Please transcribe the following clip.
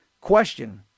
Question